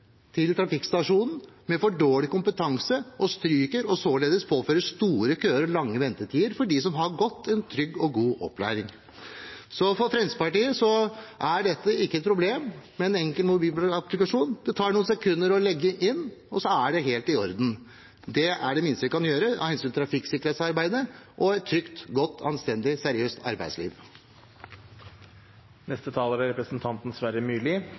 trafikkstasjonen med for dårlig kompetanse og stryker, og således påfører store køer og lange ventetider for dem som har fått en trygg og god opplæring. Så for Fremskrittspartiet er ikke dette et problem. En enkel mobilapplikasjon tar noen sekunder å legge inn, og så er det helt i orden. Det er det minste vi kan gjøre av hensyn til trafikksikkerhetsarbeidet og et trygt, godt, anstendig og seriøst arbeidsliv.